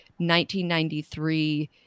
1993